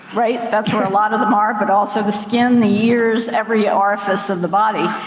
right, that's where a lot of them are. but also, the skin, the ears, every orifice of the body.